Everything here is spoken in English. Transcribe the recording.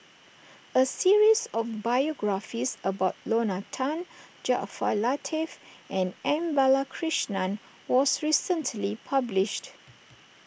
a series of biographies about Lorna Tan Jaafar Latiff and M Balakrishnan was recently published